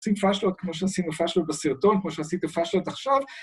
עושים פאשלות כמו שעשינו פאשלות בסרטון, כמו שעשית פאשלות עכשיו.